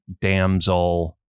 Damsel